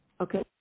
Okay